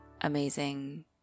amazing